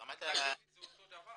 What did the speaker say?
ברמת ה- -- אמרתם לי שזה אותו דבר.